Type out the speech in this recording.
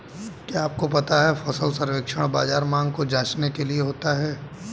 क्या आपको पता है फसल सर्वेक्षण बाज़ार मांग को जांचने के लिए होता है?